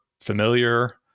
familiar